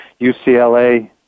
UCLA